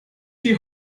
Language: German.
die